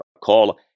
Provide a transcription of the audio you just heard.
Call